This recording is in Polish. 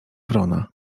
wrona